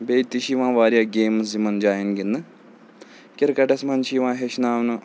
بیٚیہِ تہِ چھِ یِوان واریاہ گیمٕز یِمَن جایَن گِنٛدنہٕ کِرکَٹَس منٛز چھِ یِوان ہیٚچھناونہٕ